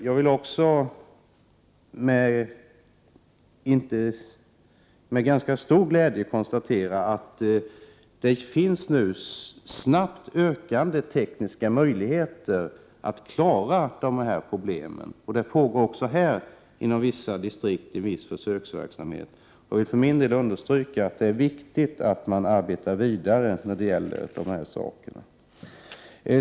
Jag kan med ganska stor glädje konstatera att det nu finns snabbt ökande tekniska möjligheter att klara problemen på det området. Det pågår också här en viss försöksverksamhet inom vissa distrikt. Jag vill för min del understryka att det är viktigt'att man arbetar vidare med de sakerna.